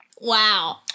Wow